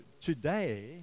today